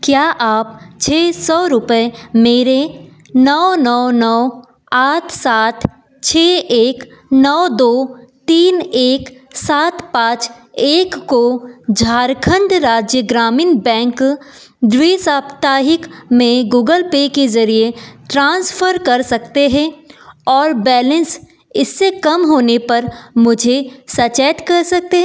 क्या आप छः सौ रुपये मेरे नौ नौ नौ आठ सात छः एक नौ दो तीन एक सात पाँच एक को झारखण्ड राज्य ग्रामीण बैंक द्वि साप्ताहिक में गूगल पे के ज़रिए ट्रांसफ़र कर सकते हैं और बैलेंस इससे कम होने पर मुझे सचेत कर सक